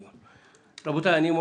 רבותיי,